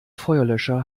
feuerlöscher